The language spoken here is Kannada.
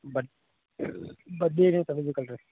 ಬಡ್ಡಿ ಬಡ್ಡಿ ಏನು ರೀ